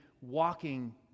walking